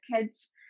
kids